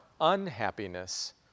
unhappiness